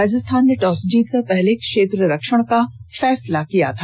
राजस्थान ने टॉस जीतकर पहले क्षेत्र रक्षण का फैसला किया था